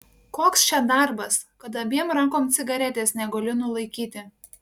koks čia darbas kad abiem rankom cigaretės negaliu nulaikyti